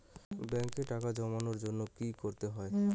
ব্যাংকে টাকা জমানোর জন্য কি কি করতে হয়?